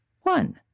one